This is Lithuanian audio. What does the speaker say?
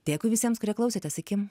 dėkui visiems kurie klausėtės iki